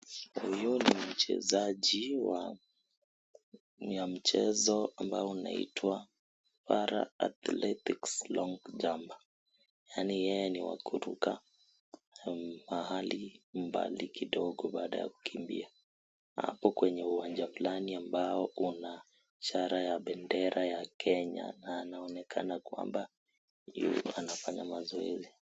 Huyu ni mchezaji wa mchezo ambao unaitwa para athletics long jump . Yaani, yeye ni wa kuruka mahali mbali kidogo baada ya kukimbia. Hapo kwenye uwanja fulani ambao una ishara ya bendera ya Kenya na anaonekana kwamba anafanya mazoezi.